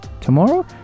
tomorrow